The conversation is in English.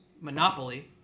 Monopoly